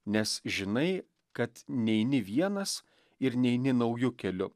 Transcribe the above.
nes žinai kad neini vienas ir neini nauju keliu